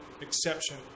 exception